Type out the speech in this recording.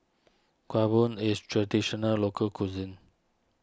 Kuih Bom is a Traditional Local Cuisine